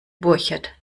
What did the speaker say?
borchert